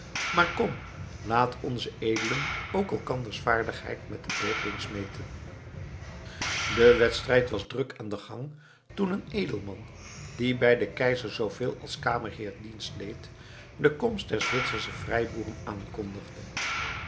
maar kom laten onze edelen ook elkanders vaardigheid met den boog eens meten de wedstrijd was druk aan den gang toen een edelman die bij den keizer zooveel als kamerheer dienst deed de komst der zwitsersche vrijboeren aankondigde